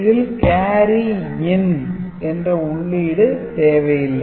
இதில் carry in என்ற உள்ளீடு தேவை இல்லை